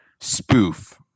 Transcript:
spoof